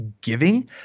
giving